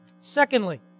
Secondly